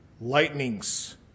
lightnings